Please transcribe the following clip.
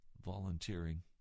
volunteering